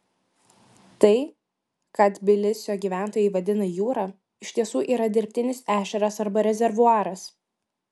tai ką tbilisio gyventojai vadina jūra iš tiesų yra dirbtinis ežeras arba rezervuaras